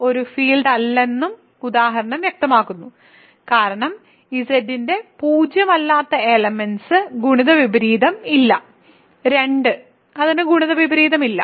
Z ഒരു field അല്ലെന്നും ഉദാഹരണം വ്യക്തമാക്കുന്നു കാരണം Z ന്റെ പൂജ്യമല്ലാത്ത എലെമെന്റ്സ് ഗുണിത വിപരീതം ഇല്ല 2 ന് ഗുണിത വിപരീതം ഇല്ല